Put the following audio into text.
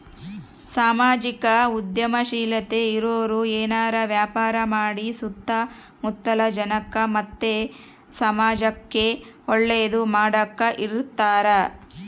ಸಾಮಾಜಿಕ ಉದ್ಯಮಶೀಲತೆ ಇರೋರು ಏನಾರ ವ್ಯಾಪಾರ ಮಾಡಿ ಸುತ್ತ ಮುತ್ತಲ ಜನಕ್ಕ ಮತ್ತೆ ಸಮಾಜುಕ್ಕೆ ಒಳ್ಳೇದು ಮಾಡಕ ಇರತಾರ